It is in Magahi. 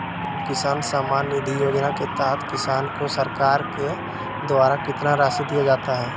पी.एम किसान सम्मान निधि योजना के तहत किसान को सरकार के द्वारा कितना रासि दिया जाता है?